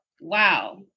wow